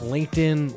LinkedIn